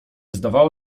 zdawała